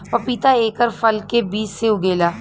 पपीता एकर फल के बीज से उगेला